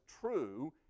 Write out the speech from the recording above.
true